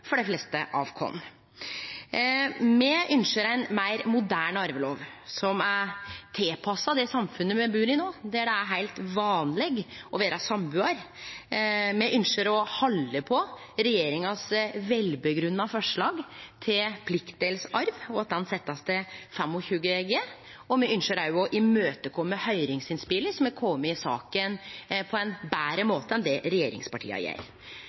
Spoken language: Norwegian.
for dei fleste av oss. Me ynskjer ein meir moderne arvelov som er tilpassa det samfunnet me bur i no, der det er heilt vanleg å vere sambuar. Me ynskjer å halde på regjeringas velgrunna forslag til pliktdelsarv, og at den blir sett til 25 G. Me ynskjer òg å imøtekome høyringsinnspela som er komne i saka, på ein betre måte enn det regjeringspartia gjer.